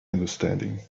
understanding